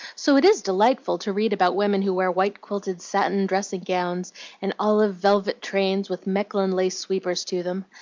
so it is delightful to read about women who wear white quilted satin dressing-gowns and olive velvet trains with mechlin lace sweepers to them.